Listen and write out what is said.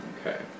Okay